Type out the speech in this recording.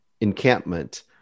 encampment